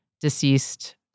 deceased